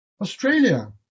Australia